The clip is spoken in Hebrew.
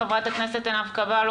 חברת הכנסת עינב קאבלה,